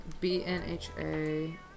B-N-H-A